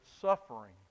suffering